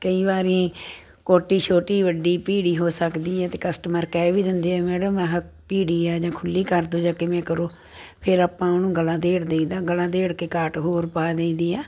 ਕਈ ਵਾਰੀ ਕੋਟੀ ਛੋਟੀ ਵੱਡੀ ਭੀੜੀ ਹੋ ਸਕਦੀ ਹੈ ਅਤੇ ਕਸਟਮਰ ਕਹਿ ਵੀ ਦਿੰਦੇ ਆ ਵੀ ਮੈਡਮ ਆਹਾਂ ਭੀੜੀ ਆ ਜਾਂ ਖੁੱਲ੍ਹੀ ਕਰ ਦਿਓ ਜਾਂ ਕਿਵੇਂ ਕਰੋ ਫਿਰ ਆਪਾਂ ਉਹਨੂੰ ਗਲਾ ਦੇੜ ਦੇਈ ਦਾ ਗਲਾ ਦੇੜ ਕੇ ਕਾਟ ਹੋਰ ਪਾ ਦੇਈ ਦੀ ਆ